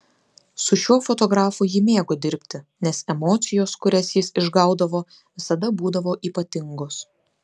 su šiuo fotografu ji mėgo dirbti nes emocijos kurias jis išgaudavo visada būdavo ypatingos